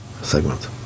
segment